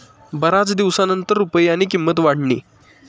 बराच दिवसनंतर रुपयानी किंमत वाढनी